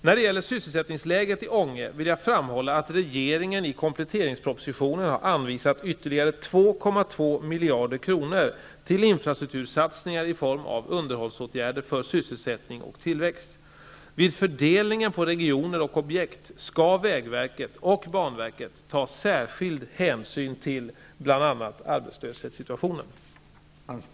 När det gäller sysselsättningsläget i Ånge vill jag framhålla att regeringen i kompletteringspropositionen har anvisat ytterligare 2,2 miljarder kronor till infrastruktursatsningar i form av underhållsåtgärder för sysselsättning och tillväxt. Vid fördelning på regioner och objekt skall vägverket och banverket ta särskild hänsyn till bl.a.